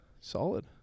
solid